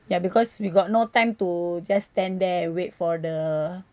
ya because we got no time to just stand there and wait for the